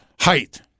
height